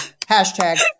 hashtag